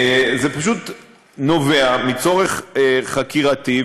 זה פשוט נובע מצורך חקירתי,